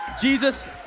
Jesus